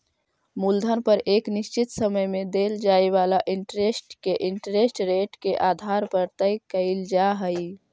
मूलधन पर एक निश्चित समय में देल जाए वाला इंटरेस्ट के इंटरेस्ट रेट के आधार पर तय कईल जा हई